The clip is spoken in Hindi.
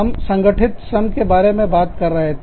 हम संगठित श्रम के बारे में बात कर रहे थे